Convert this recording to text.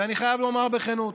ואני חייב לומר בכנות: